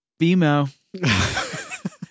BMO